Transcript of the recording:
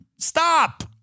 Stop